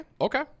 Okay